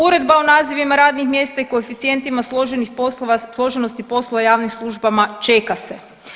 Uredba o nazivima radnih mjesta i koeficijentima složenosti poslova javnih službama čeka se.